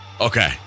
Okay